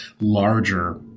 larger